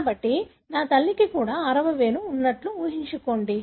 కాబట్టి నా తల్లికి కూడా ఆరవ వేలు ఉన్నట్లు ఊహించుకోండి